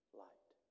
light